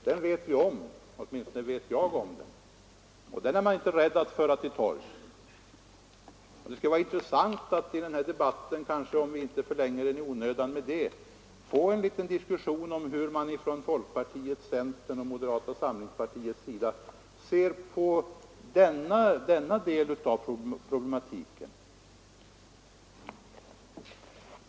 Den vet vi om — åtminstone gör jag det — och den är de inte rädda att föra till torgs. Det skulle vara intressant att i den här debatten — om vi inte förlänger den i onödan — få en liten diskussion om hur folkpartiet, centern och moderata samlingspartiet ser på denna del av problematiken.